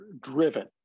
driven